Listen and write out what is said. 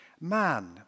man